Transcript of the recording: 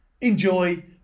enjoy